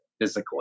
physically